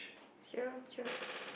true true